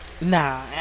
nah